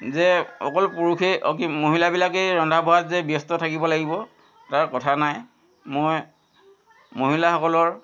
যে অকল পুৰুষেই অ' কি মহিলাবিলাকেই যে ৰন্ধা বঢ়াত যে ব্যস্ত থাকিব লাগিব তাৰ কথা নাই মই মহিলাসকলৰ